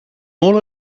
all